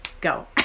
Go